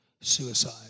Suicide